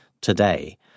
today